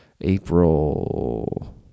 April